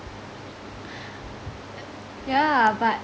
yeah but